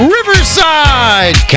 Riverside